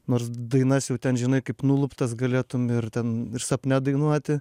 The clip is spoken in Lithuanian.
nors dainas jau ten žinai kaip nuluptas galėtum ir ten ir sapne dainuoti